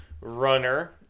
runner